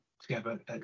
together